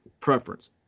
preference